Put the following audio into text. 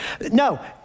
No